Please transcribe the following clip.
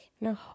No